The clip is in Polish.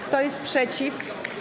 Kto jest przeciw?